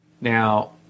Now